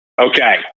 Okay